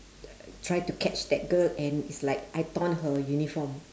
try to catch that girl and is like I torn her uniform